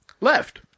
left